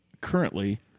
currently